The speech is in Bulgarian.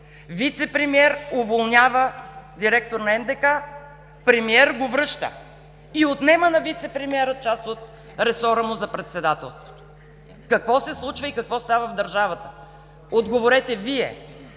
„Вицепремиер уволнява директор на НДК, премиер го връща!“, и отнема на вицепремиера част от ресора му за председателство. Какво се случва и какво става в държавата? Отговорете Вие!